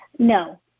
No